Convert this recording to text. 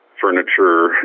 furniture